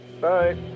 Bye